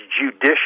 judicious